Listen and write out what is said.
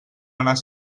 anar